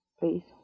Please